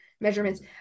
measurements